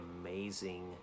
amazing